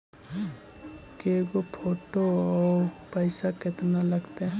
के गो फोटो औ पैसा केतना लगतै?